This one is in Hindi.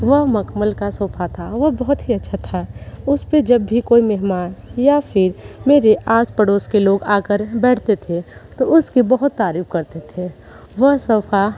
वह मखमल का सोफ़ा था वह बहुत ही अच्छा था उस पर जब भी कोई मेहमान या फिर मेरे आस पड़ोस के लोग आकर बैठते थे तो उसकी बहुत तारीफ़ करते थे वह सोफ़ा